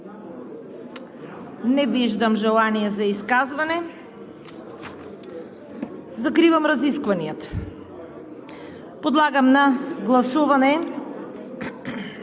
Не виждам желаещи. Закривам разискванията. Подлагам на гласуване